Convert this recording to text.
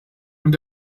und